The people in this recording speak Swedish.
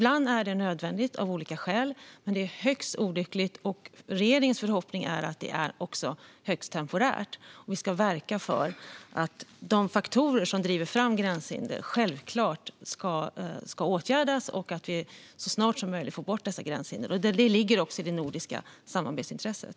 Ibland är det nödvändigt av olika skäl, men det är högst olyckligt. Regeringens förhoppning är att det är högst temporärt. Vi ska självklart verka för att de faktorer som driver fram gränshinder ska åtgärdas, så att vi så snart som möjligt får bort dessa gränshinder. Det ligger också i det nordiska samarbetsintresset.